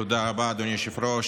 תודה רבה, אדוני היושב-ראש.